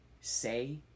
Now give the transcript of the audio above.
say